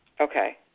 Okay